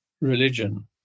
religion